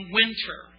winter